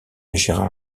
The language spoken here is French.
gérard